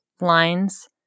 lines